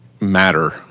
matter